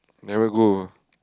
never go ah